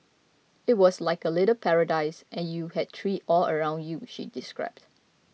it was like a little paradise and you had trees all around you she described